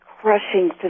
crushing